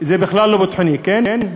זה בכלל לא ביטחוני, כן?